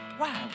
wow